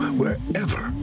wherever